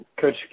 Coach